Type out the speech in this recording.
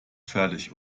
fertig